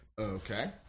Okay